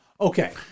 Okay